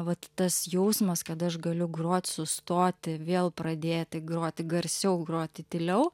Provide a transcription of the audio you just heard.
vat tas jausmas kad aš galiu grot sustoti vėl pradėti groti garsiau groti tyliau